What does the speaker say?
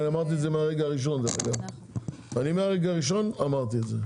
אני מהרגע הראשון אמרתי את זה.